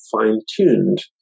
fine-tuned